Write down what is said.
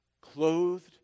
clothed